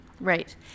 Right